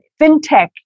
FinTech